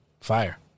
Fire